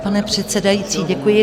Pane předsedající, děkuji.